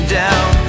down